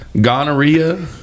gonorrhea